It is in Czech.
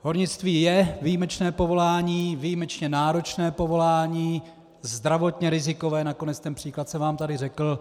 Hornictví je výjimečné povolání, výjimečně náročné povolání, zdravotně rizikové, nakonec ten příklad jsem vám tady řekl.